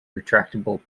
retractable